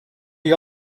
you